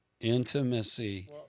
intimacy